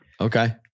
Okay